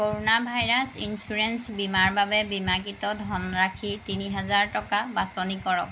corona virus insurance বীমাৰ বাবে বীমাকৃত ধনৰাশি তিনি হেজাৰ টকা বাছনি কৰক